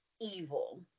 evil